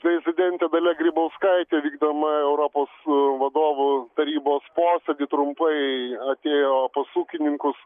prezidentė dalia grybauskaitė vykdama į europos vadovų tarybos posėdį trumpai atėjo pas ūkininkus